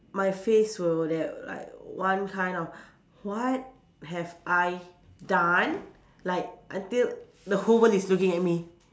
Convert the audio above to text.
my face would that like one kind of what have I done like until the whole world is looking at me